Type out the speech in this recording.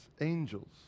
angels